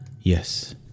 Yes